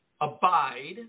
abide